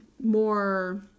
more